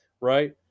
right